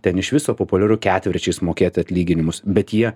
ten iš viso populiaru ketvirčiais mokėti atlyginimus bet jie